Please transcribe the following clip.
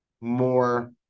more